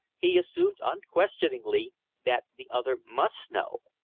he assumed unquestioningly that the other must know.